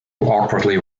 awkwardly